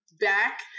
back